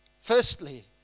Firstly